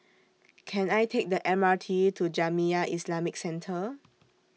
Can I Take The M R T to Jamiyah Islamic Centre